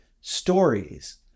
stories